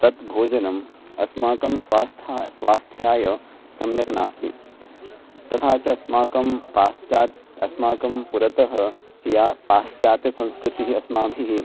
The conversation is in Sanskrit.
तत् भोजनम् अस्माकं स्वास्थ्यं स्वास्थ्याय सम्यक् नास्ति तथा च अस्माकं पाश्चात्य अस्माकं पुरतः या पाश्चात्य संस्कृतिः अस्माभिः